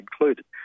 included